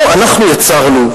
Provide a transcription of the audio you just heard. פה אנחנו יצרנו,